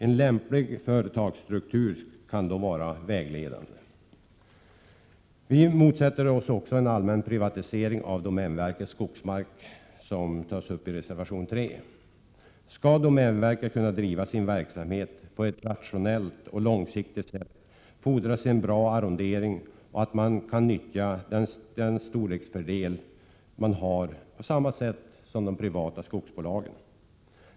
En lämplig företagsstruktur skall då vara vägledande. Vi motsätter oss också en allmän privatisering av domänverkets skogsmark, vilket tas upp i reservation 3. Skall domänverket kunna driva sin verksamhet på ett rationellt och långsiktigt sätt fordras en bra arrondering och att man kan nyttja den storleksfördel man har på samma sätt som de privata skogsbolagen.